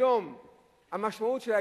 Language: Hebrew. המשמעות היא,